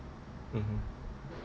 mmhmm